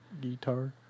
guitar